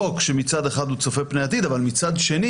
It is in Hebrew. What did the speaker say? חוק שמצד אחד הוא צופה פני עתיד אבל מצד שני